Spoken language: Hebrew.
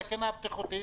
סכנה בטיחותית,